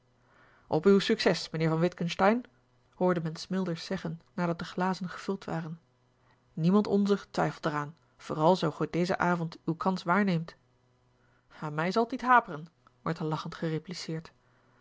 op uw succes mijnheer van witgensteyn hoorde men smilders zeggen nadat de glazen gevuld waren niemand onzer twijfelt er aan vooral zoo gij dezen avond uw kans waarneemt aan mij zal t niet haperen werd er lachend gerepliceerd